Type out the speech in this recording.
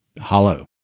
hollow